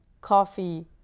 coffee